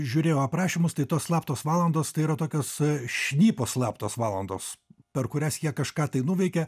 žiūrėjau aprašymus tai tos slaptos valandos tai yra tokios šnipo slaptos valandos per kurias jie kažką tai nuveikia